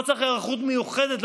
לא צריך היערכות מיוחדת,